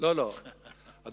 אני אפריע לך, תקבל עוד זמן.